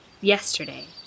yesterday